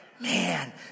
Man